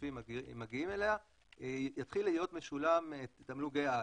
השותפים מגיעה אליה ויתחיל להיות משולם תמלוגי-על.